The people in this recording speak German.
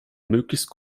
möglichst